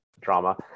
drama